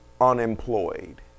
unemployed